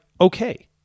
okay